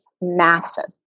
massive